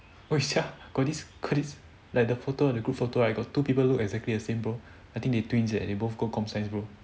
where sia got this got this like the photo the group photo right got two people look exactly the same bro I think they twins eh and they both go comp science bro